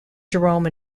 jerome